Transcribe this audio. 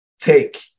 take